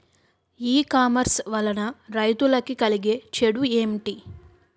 ఈ కామర్స్ వలన రైతులకి కలిగే చెడు ఎంటి?